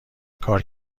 کار